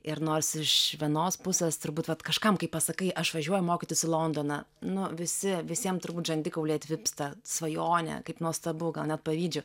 ir nors iš vienos pusės turbūt vat kažkam kai pasakai aš važiuoju mokytis į londoną nu visi visiems turbūt žandikauliai atvipsta svajonė kaip nuostabu gal net pavydžiu